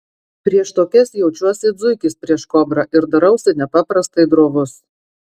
prieš tokias jaučiuosi it zuikis prieš kobrą ir darausi nepaprastai drovus